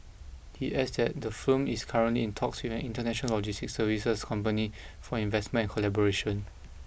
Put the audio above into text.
he adds that the firm is currently in talks with an international logistics services company for investment and collaboration